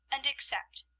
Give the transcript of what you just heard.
and accept.